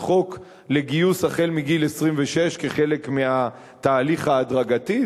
חוק לגיוס מגיל 26 כחלק מהתהליך ההדרגתי.